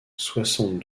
soixante